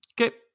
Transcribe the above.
okay